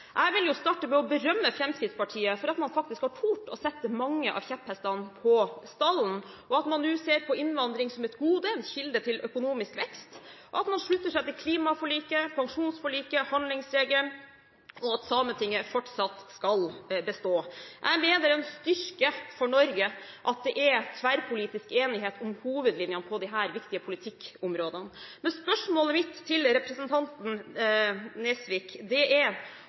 Jeg vil starte med å berømme Fremskrittspartiet for at man faktisk har turt å sette mange av kjepphestene på stallen, og at man nå ser på innvandring som et gode, som en kilde til økonomisk vekst, og at man slutter seg til klimaforliket, pensjonsforliket, handlingsregelen, og at Sametinget fortsatt skal bestå. Jeg mener det er en styrke for Norge at det er tverrpolitisk enighet om hovedlinjene på disse viktige politikkområdene. Men spørsmålet mitt til representanten Nesvik er: